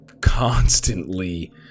constantly